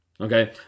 Okay